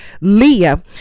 Leah